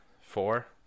Four